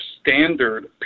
standard